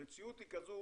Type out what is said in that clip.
המציאות היא כזו